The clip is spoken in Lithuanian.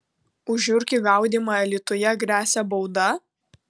už žiurkių gaudymą alytuje gresia bauda